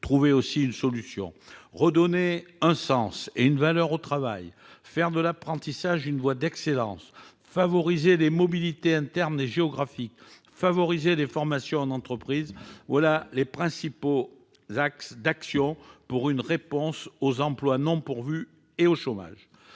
trouver aussi une solution. Redonner un sens et une valeur au travail, faire de l'apprentissage une voie d'excellence, favoriser les mobilités internes et géographiques, ainsi que les formations en entreprise : tels sont les principaux axes d'action que nous proposons pour apporter